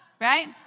Right